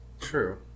true